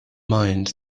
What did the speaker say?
mind